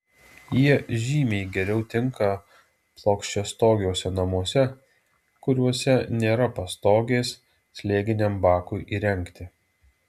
jie žymiai geriau tinka plokščiastogiuose namuose kuriuose nėra pastogės slėginiam bakui įrengti